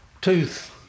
tooth